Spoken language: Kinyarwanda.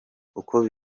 uko